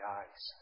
eyes